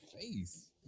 face